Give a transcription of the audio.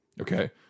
Okay